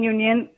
Union